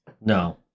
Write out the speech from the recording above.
No